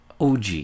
OG